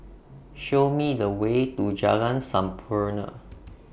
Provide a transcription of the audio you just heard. Show Me The Way to Jalan Sampurna